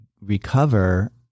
recover